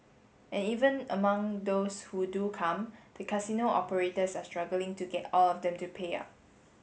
and even among those who do come the casino operators are struggling to get all of them to pay up